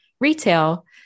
retail